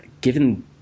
given